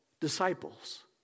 disciples